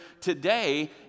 today